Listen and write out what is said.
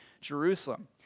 Jerusalem